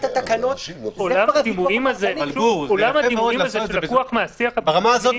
התקנות ------ זה לקוח מהשיח --- ברמה הזאת,